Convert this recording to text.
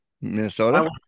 Minnesota